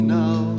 now